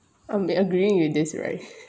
um they agreeing with this right